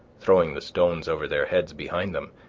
throwing the stones over their heads behind them,